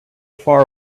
far